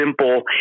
simple